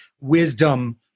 wisdom